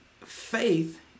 faith